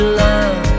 love